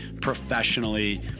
professionally